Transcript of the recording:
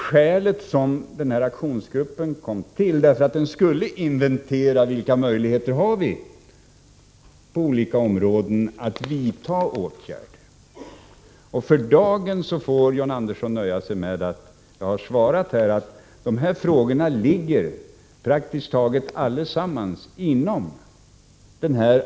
Skälet till att aktionsgruppen kom till var just att den skulle inventera vilka möjligheter att vidta åtgärder som vi har på olika områden. För dagen får John Andersson nöja sig med att jag har svarat att praktiskt taget alla de frågor som han har ställt ligger inom aktionsplanens ram.